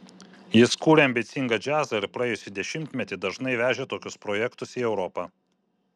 jis kūrė ambicingą džiazą ir praėjusį dešimtmetį dažnai vežė tokius projektus į europą